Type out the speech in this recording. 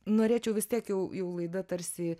norėčiau vis tiek jau jau laida tarsi